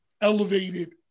elevated